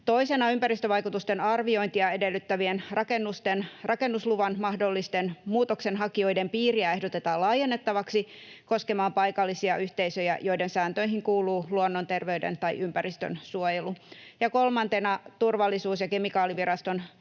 Toisena ympäristövaikutusten arviointia edellyttävien rakennusten rakennusluvan mahdollisten muutoksenhakijoiden piiriä ehdotetaan laajennettavaksi koskemaan paikallisia yhteisöjä, joiden sääntöihin kuuluu luonnon‑, terveyden- tai ympäristönsuojelu. Kolmantena Turvallisuus- ja kemikaaliviraston